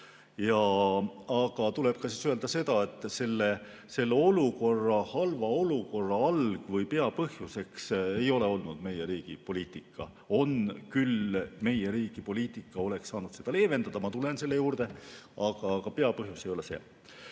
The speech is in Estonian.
Aga tuleb öelda, et selle halva olukorra alg‑ või peapõhjus ei ole olnud meie riigi poliitika. Meie riigi poliitika oleks saanud seda leevendada, ma tulen selle juurde. Aga peapõhjus ei ole see.